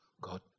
God